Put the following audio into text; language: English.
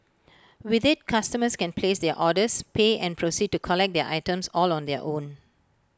with IT customers can place their orders pay and proceed to collect their items all on their own